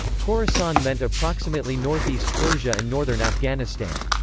khorasan meant approximately northeast persia and northern afghanistan.